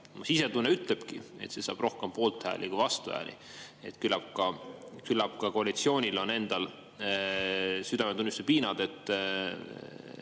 sisetunne ütlebki, et see saab rohkem poolthääli kui vastuhääli. Küllap ka koalitsioonil endal on südametunnistuse piinad, et